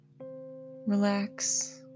relax